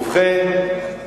ובכן,